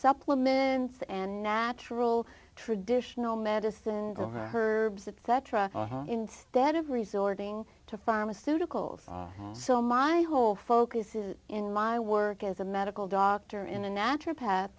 supplements and natural traditional medicine herb's etc instead of resorting to pharmaceuticals so my whole focus is in my work as a medical doctor in a natural p